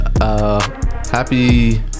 happy